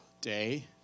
day